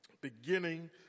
beginning